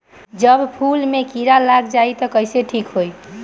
जब फूल मे किरा लग जाई त कइसे ठिक होई?